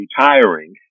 retiring